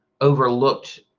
overlooked